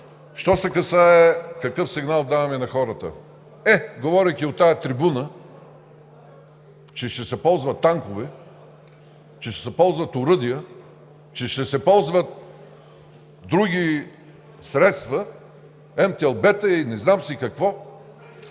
Що се касае до това какъв сигнал даваме на хората. Е, говорейки от тази трибуна, че ще се ползват танкове, че ще се ползват оръдия, че ще се ползват други средства – МТ-ЛБ и не знам си какво,